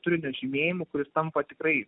turinio žymėjimu kuris tampa tikrai